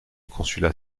consulat